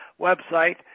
website